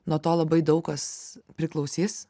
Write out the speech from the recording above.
nuo to labai daug kas priklausys